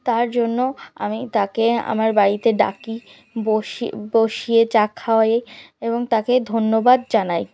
তার জন্য আমি তাকে আমার বাড়িতে ডাকি বসিয়ে বসিয়ে চা খাওয়াই এবং তাকে ধন্যবাদ জানাই